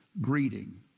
greeting